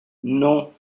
non